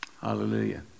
Hallelujah